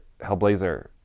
Hellblazer